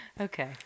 Okay